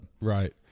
Right